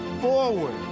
forward